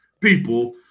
people